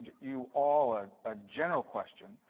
you all a ah general question.